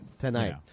tonight